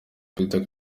peter